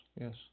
yes